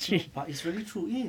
no but it's really true 因为